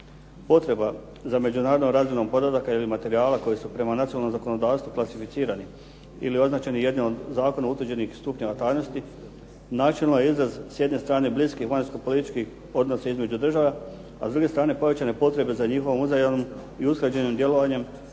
Potreba za međunarodnom razmjenom podataka ili materijala koji su prema nacionalnom zakonodavstvu klasificirani ili označeni jednim od zakonom utvrđenih stupnjeva tajnosti načelno je izraz s jedne strane bliskih vanjsko-političkih odnosa između država a s druge strane povećane potrebe za njihovim uzajamnim i usklađenim djelovanjem